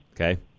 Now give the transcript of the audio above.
Okay